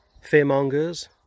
fear-mongers